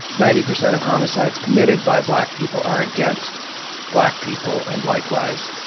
ninety percent of homicides committed by black people are against black people. and likewise,